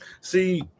See